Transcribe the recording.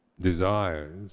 desires